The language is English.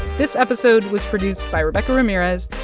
this episode was produced by rebecca ramirez,